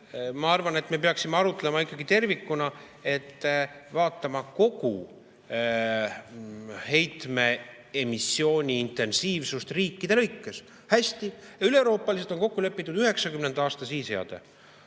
ma arvan, et me peaksime arutlema ikkagi tervikuna, vaatama kogu heitmeemissiooni intensiivsust riikide lõikes. Hästi, üleeuroopaliselt on kokku lepitud 1990. aasta sihiseade.